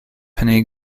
panay